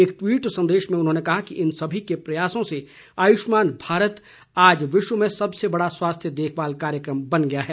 एक ट्वीट संदेश में उन्होंने कहा कि इन सभी के प्रयासों से आयुष्मान भारत आज विश्व में सबसे बड़ा स्वास्थ्य देखभाल कार्यक्रम बन गया है